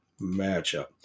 matchup